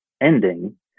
ending